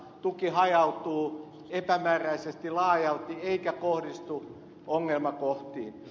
tuki hajautuu epämääräisesti laajalti eikä kohdistu ongelmakohtiin